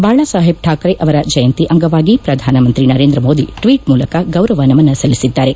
ಬಾಳಸಾಹೇಬ್ ಶಾಕ್ರೆ ಅವರ ಜಯಂತಿ ಅಂಗವಾಗಿ ಪ್ರಧಾನಮಂತ್ರಿ ನರೇಂದ್ರಮೋದಿ ಟ್ವೀಟ್ ಮೂಲಕ ಗೌರವ ನಮನ ಸಲ್ಲಿಸಿದ್ದಾರೆ